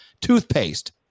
toothpaste